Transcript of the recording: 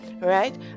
right